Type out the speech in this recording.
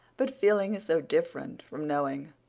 but feeling is so different from knowing.